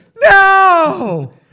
no